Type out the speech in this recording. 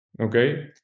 okay